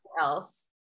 Else